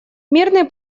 мирный